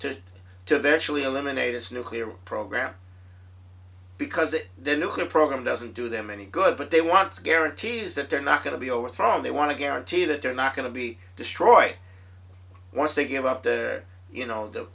states to to eventually eliminate its nuclear program because it their nuclear program doesn't do them any good but they want to guarantees that they're not going to be overthrown they want to guarantee that they're not going to be destroyed once they give up the you know the